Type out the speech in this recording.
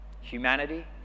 humanity